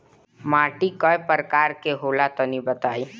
माटी कै प्रकार के होला तनि बताई?